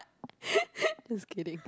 just kidding